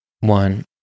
One